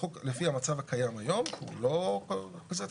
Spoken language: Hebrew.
לפי המצב הקיים היום, לא כזה תקין,